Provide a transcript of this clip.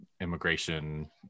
immigration